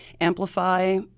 amplify